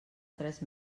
tres